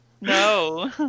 No